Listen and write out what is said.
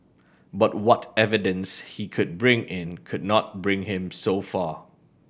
but what evidence he could bring in could not bring him so far